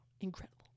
Incredible